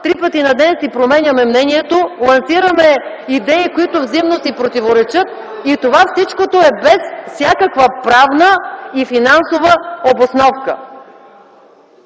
Три пъти на ден си променяме мнението, лансираме идеи, които взаимно си противоречат и всичкото това е без всякаква правна и финансова обосновка!